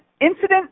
incident